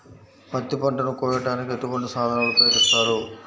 పత్తి పంటను కోయటానికి ఎటువంటి సాధనలు ఉపయోగిస్తారు?